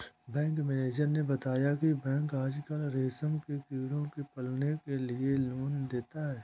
bank manager ने बताया की बैंक आजकल रेशम के कीड़ों के पालन के लिए लोन देता है